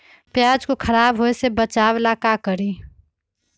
प्याज को खराब होय से बचाव ला का करी?